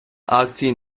акцій